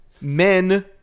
men